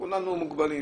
כולנו מוגבלים